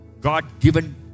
God-given